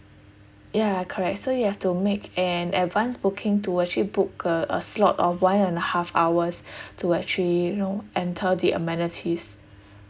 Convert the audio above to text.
ya correct so you have to make an advanced booking to actually book a a slot of one and a half hours to actually you know enter the amenities